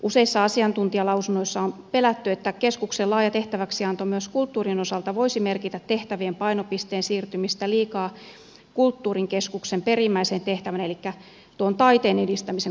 useissa asiantuntijalausunnoissa on pelätty että keskuksen laaja tehtäväksianto myös kulttuurin osalta voisi merkitä tehtävien painopisteen siirtymistä liikaa kulttuurin keskuksen perimmäisen tehtävän elikkä taiteen edistämisen kustannuksella